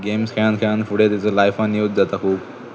games खेळून खेळून फुडें तेजो लायफान यूज जाता खूब